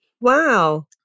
Wow